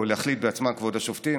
כבוד השופטים,